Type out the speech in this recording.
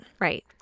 Right